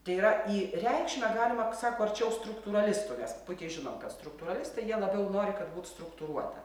tai yra į reikšmę galima sako arčiau struktūralistų nes puikiai žinom kad struktūralistai jie labiau nori kad būt struktūruota